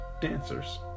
dancers